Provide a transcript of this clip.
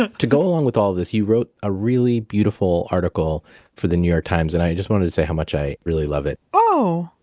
ah to go along with all of this you wrote a really beautiful article for the new york times and i just wanted to say how much i really love it oh,